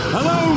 Hello